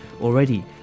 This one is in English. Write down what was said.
already